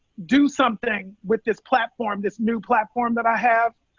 do something with this platform, this new platform that i have,